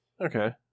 Okay